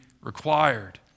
required